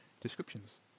descriptions